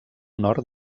nord